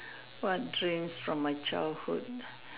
what dreams from my childhood